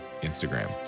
Instagram